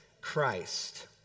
Christ